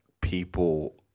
people